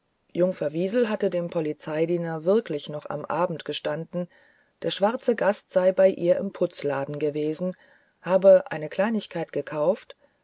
jungfer wiesel hatte dem polizeidiener wirklich noch am abend gestanden der schwarze gast sei bei ihr im putzladen gewesen habe eine kleinigkeit gekauft